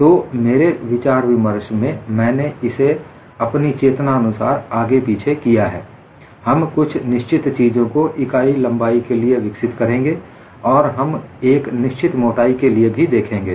तो मेरे विचार विमर्श में मैंने इसे अपनी चेतना अनुसार आगे पीछे किया है हम कुछ निश्चित चीजों को इकाई लंबाई के लिए विकसित करेंगे और हम एक निश्चित मोटाई के लिए भी देखेंगे